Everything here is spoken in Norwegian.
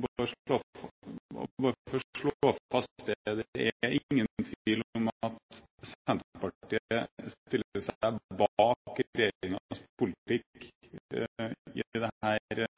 og bare for å slå fast det: Det er ingen tvil om at Senterpartiet stiller seg bak regjeringens politikk i dette